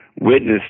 witness